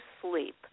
Sleep